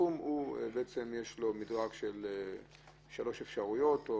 יש שלוש אפשרויות.